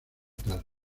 tal